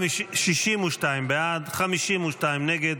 62 בעד, 52 נגד.